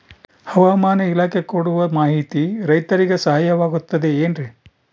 ಹವಮಾನ ಇಲಾಖೆ ಕೊಡುವ ಮಾಹಿತಿ ರೈತರಿಗೆ ಸಹಾಯವಾಗುತ್ತದೆ ಏನ್ರಿ?